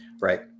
right